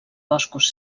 boscos